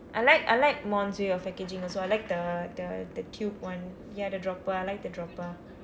I like I like mons way of packaging also I like the the the cute one ya the dropper I like the dropper